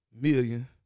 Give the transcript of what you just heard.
million